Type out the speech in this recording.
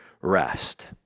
rest